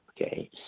Okay